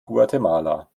guatemala